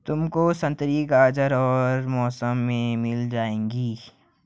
तुमको संतरी गाजर हर मौसम में मिल जाएगी